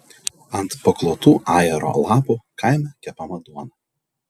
ant paklotų ajero lapų kaime kepama duona